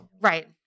Right